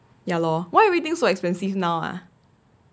ya lor why everything so expensive now ah